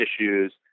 issues